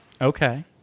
Okay